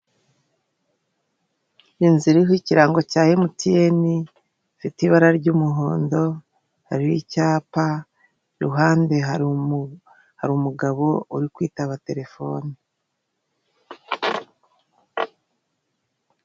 Inzu iriho ikirango cya emutiyeni ifite ibara ry'umuhondo hariho icyapa iruhande hari umugabo uri kwitaba telefone.